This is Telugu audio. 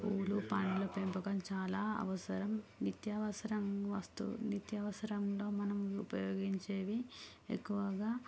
పూలు పళ్ళ పెంపకం చాలా అవసరం నిత్య అవసరం వస్తు నిత్య అవసరంలో మనం ఉపయోగించేవి ఎక్కువగా